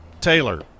Taylor